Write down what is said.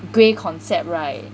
grey concept right